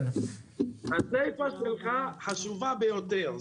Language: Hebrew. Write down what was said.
הסיפה שלך חשובה ביותר,